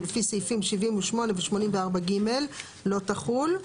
ולפי סעיפים 78 ו-84(ג) לא תחול,